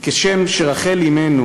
כשם שרחל אמנו